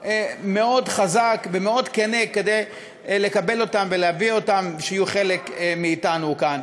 חזק מאוד וכן מאוד לקבל אותם שיהיו חלק מאתנו כאן.